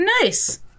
Nice